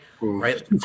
right